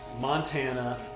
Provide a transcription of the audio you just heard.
Montana